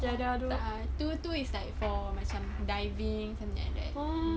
tak ah tu tu is like for like macam diving like that